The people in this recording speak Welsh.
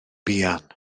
buan